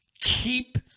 Keep